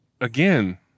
again